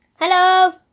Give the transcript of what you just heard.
Hello